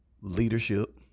leadership